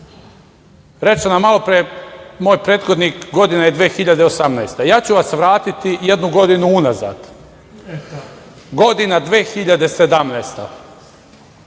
bio. Reče nam malopre moj prethodnik - godina je 2018. Ja ću vas vratiti jednu godinu unazad. Godina 2017.